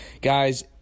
Guys